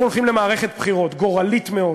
אנחנו הולכים למערכת בחירות גורלית מאוד,